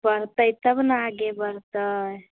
पढ़तै तब ने आगे बढ़तै